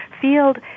field